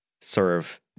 serve